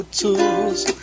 tools